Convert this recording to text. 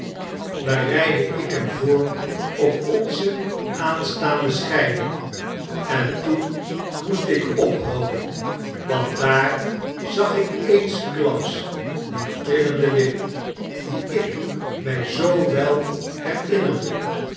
bereidde ik hem vooroponze aanstaande scheiding en toen moestik ophouden want daar zag ik eensklaps die trillende lip die ik my zoo wel herinnerde